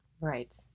Right